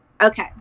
Okay